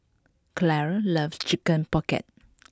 Clara loves Chicken Pocket